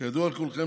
כידוע לכולכם,